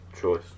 choice